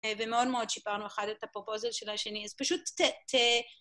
ומאוד מאוד שיפרנו אחד את ה proposal של השני, אז פשוט ת...